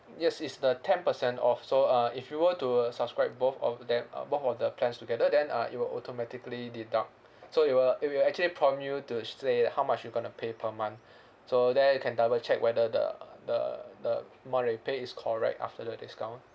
yes it's the ten percent off so uh if you were to subscribe both of them uh both of the plans together then uh it will automatically deduct so it will it will actually prompt you to say that how much you going to pay per month so there you can double check whether the uh the the monthly pay is correct after the discount